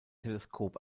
teleskop